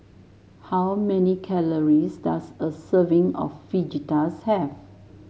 how many calories does a serving of Fajitas have